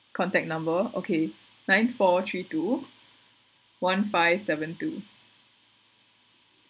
contact number okay nine four three two one five seven two